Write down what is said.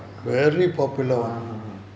ah !huh!